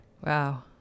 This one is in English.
Wow